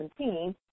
2017